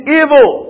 evil